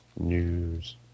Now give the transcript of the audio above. News